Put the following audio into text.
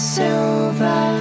silver